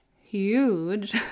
huge